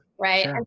right